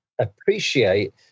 appreciate